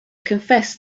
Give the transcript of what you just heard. confessed